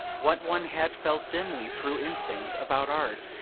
what one had felt dimly, through instinct, about art,